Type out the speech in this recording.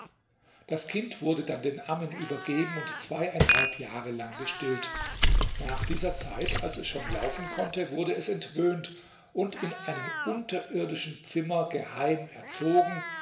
das kind wurde dann den ammen übergeben und zweieinhalb jahre lang gestillt nach dieser zeit als es schon laufen konnte wurde es entwöhnt und in einem unterirdischen zimmer geheim erzogen